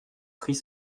prit